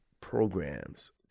programs